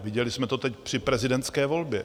Viděli jsme to teď při prezidentské volbě.